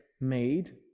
made